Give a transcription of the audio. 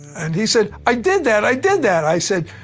and he said, i did that! i did that! i said,